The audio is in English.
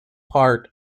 part